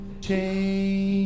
Change